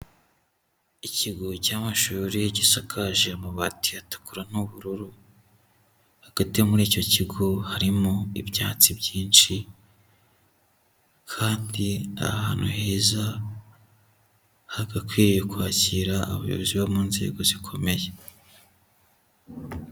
Ikigo cy'amashuri gisakaje amabati atukura n'ubururu, hagati muri icyo kigo harimo ibyatsi byinshi kandi ni ahantu heza hagakwiye kwakira abayobozi bo mu nzego zikomeye.